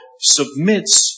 submits